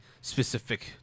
specific